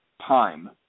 time